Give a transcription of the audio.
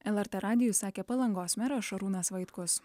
lrt radijui sakė palangos meras šarūnas vaitkus